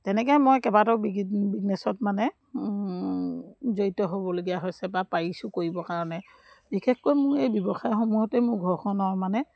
তেনেকৈ মই কেইবাটাও বিজনেছত মানে জড়িত হ'বলগীয়া হৈছে বা পাৰিছোঁ কৰিবৰ কাৰণে বিশেষকৈ মোৰ এই ব্যৱসায়সমূহতেই মোৰ ঘৰখনৰ মানে